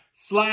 Slash